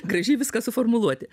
gražiai viską suformuluoti